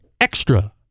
Extra